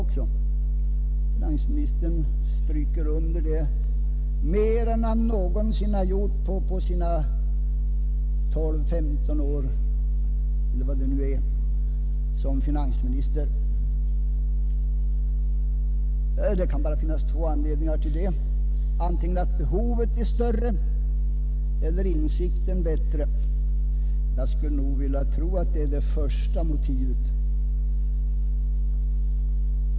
Finansministern stryker under det mer än han gjort någon gång under sina 15, 16 år som finansminister. Det kan bara finnas två anledningar: antingen är behovet större eller insikten bättre. Jag skulle tro att motivet är det förstnämnda!